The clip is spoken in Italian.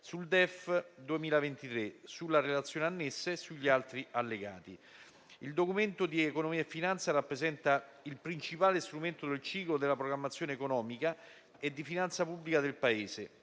(DEF) 2023, sulla Relazione annessa e sugli altri allegati. Il Documento di economia e finanza rappresenta il principale strumento del ciclo della programmazione economica e di finanza pubblica del Paese,